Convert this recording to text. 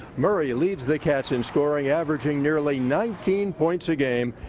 murray lead the cats in scoring, averaging nearly nineteen points a game.